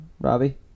Robbie